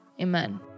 Amen